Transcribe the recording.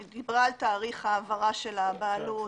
היא דיברה על תאריך העברת הבעלות,